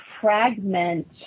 fragment